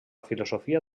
filosofia